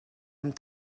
amb